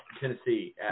Tennessee